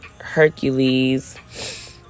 Hercules